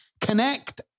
connect